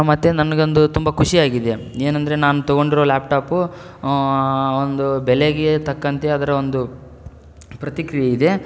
ಮತ್ತೆ ನನಗೊಂದು ತುಂಬ ಖುಷಿಯಾಗಿದೆ ಏನೆಂದರೆ ನಾನು ತೊಗೊಂಡಿರೋ ಲ್ಯಾಪ್ ಟಾಪ್ ಒಂದು ಬೆಲೆಗೆ ತಕ್ಕಂತೆ ಅದರ ಒಂದು ಪ್ರತಿಕ್ರಿಯೆ ಇದೆ